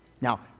Now